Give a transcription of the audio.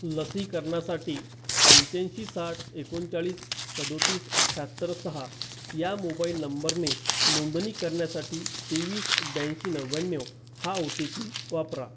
लसीकरणासाठी पंच्याऐंशी साठ एकोणचाळीस सदोतीस शहात्तर सहा या मोबाइल नंबरने नोंदणी करण्यासाठी तेवीस ब्याऐंशी नव्याण्णव हा ओ टी पी वापरा